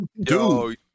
dude